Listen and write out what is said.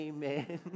Amen